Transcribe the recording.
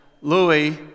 Louis